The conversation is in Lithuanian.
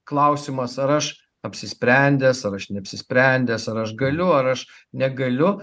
klausimas ar aš apsisprendęs ar aš neapsisprendęs ar aš galiu ar aš negaliu